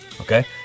Okay